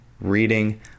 reading